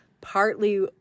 partly